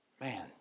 Man